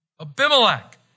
Abimelech